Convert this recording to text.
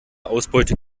ausbeute